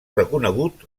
reconegut